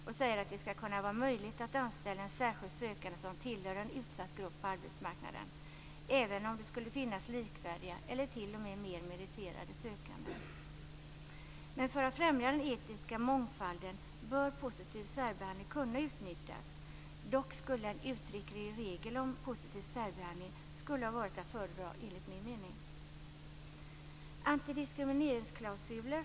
Man säger att det skall kunna vara möjligt att anställa en särskild sökande som tillhör en utsatt grupp på arbetsmarknaden, även om det skulle finnas likvärdiga eller t.o.m. mer meriterade sökande. För att främja den etniska mångfalden bör positiv särbehandling kunna utnyttjas. Dock skulle en uttrycklig regel om positiv särbehandling ha varit att föredra, enligt min mening.